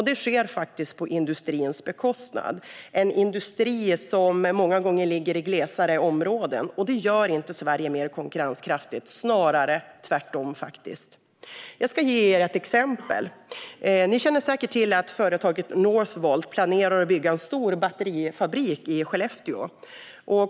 Det sker faktiskt på industrins bekostnad - en industri som många gånger ligger i glesare områden. Detta gör inte Sverige mer konkurrenskraftigt, snarare tvärtom. Jag ska ge er ett exempel. Ni känner säkert till att företaget Northvolt planerar att bygga en stor batterifabrik i Skellefteå.